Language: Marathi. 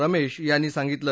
रमेश यांनी सांगितलं